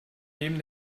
neben